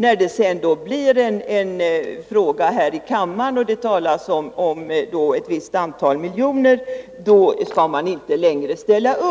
När frågan sedan kommer upp här i riksdagen och det talas om ett visst antal miljoner ställer man inte längre